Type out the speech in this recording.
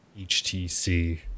HTC